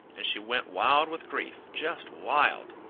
and she went wild with grief, just wild!